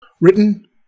Written